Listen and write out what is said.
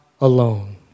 alone